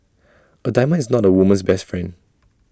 A diamond is not A woman's best friend